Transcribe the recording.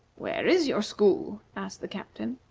where is your school? asked the captain.